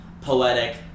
poetic